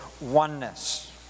oneness